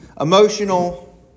emotional